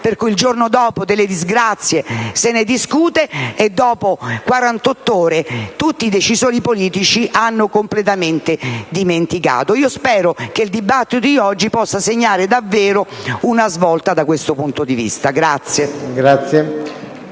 per cui il giorno dopo delle disgrazie se ne discute e dopo 48 ore tutti i decisori politici dimenticano completamente. Spero che il dibattito di oggi possa segnare davvero una svolta da questo punto di vista.